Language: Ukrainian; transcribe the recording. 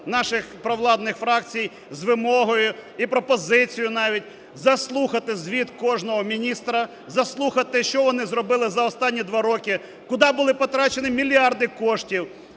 наших провладних фракцій з вимогою і пропозицією навіть заслухати звіт кожного міністра, заслухати, що вони зробили за останні два роки, куди були потрачені мільярди коштів,